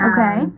Okay